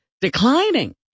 declining